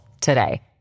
today